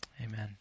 Amen